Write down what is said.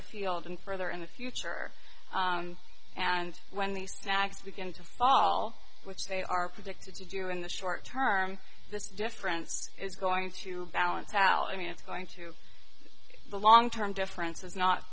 afield and further in the future and when the stacks begin to fall which they are predicted to do in the short term this difference is going to balance out i mean it's going to the long term difference is not